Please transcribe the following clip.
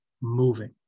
moving